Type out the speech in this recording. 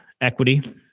equity